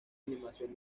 animación